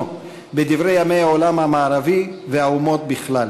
בדברי ימי העולם המערבי והאומות בכלל.